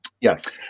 Yes